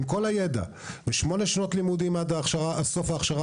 עם כל הידע ושמונה שנות לימודים עד סוף ההכשרה